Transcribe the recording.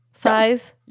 size